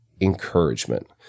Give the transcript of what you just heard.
encouragement